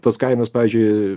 tos kainos pavyzdžiui